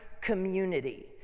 community